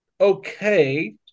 okay